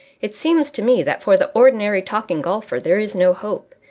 it seems to me that for the ordinary talking golfer there is no hope.